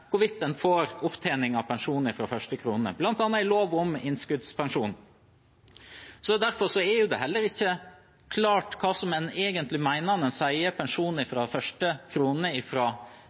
hvorvidt en får opptjening av pensjon fra første krone, bl.a. i lov om innskuddspensjon. Så derfor er det heller ikke klart hva en egentlig mener når en sier «pensjon fra første krone»